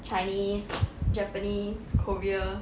chinese japanese korea